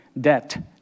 debt